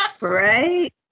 Right